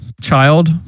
child